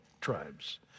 tribes